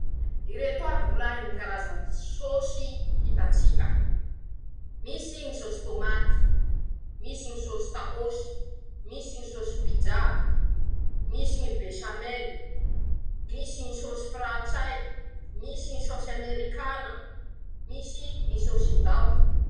.<...>Ireto aby rolahy ñy karazan-tsôsy hitatsika: - Misy ñy sôsy tômaty; misy ñy sôsy takôsy; misy ñy sôsy. pijaa; misy ñy besamely. misy ñy sôsy frantsay, misy ñy sôsy amerikana, misy ñy sôsin-daoky..